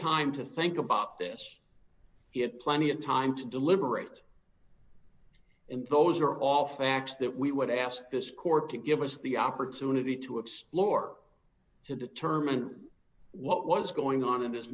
time to think about this he had plenty of time to deliberate and those are all facts that we would ask this court to give us the opportunity to explore to determine what was going on in his